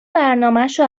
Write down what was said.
برنامشو